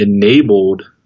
enabled